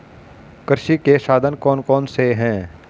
कृषि के साधन कौन कौन से हैं?